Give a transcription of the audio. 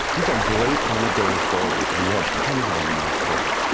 these are great anecdotal stories and you have tonnes of them in this book.